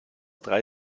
drei